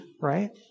right